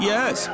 Yes